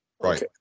Right